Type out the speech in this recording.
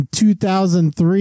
2003